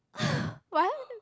what